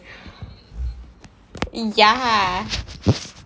ya